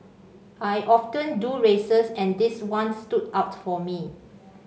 I often do races and this one stood out for me